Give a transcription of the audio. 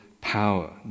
power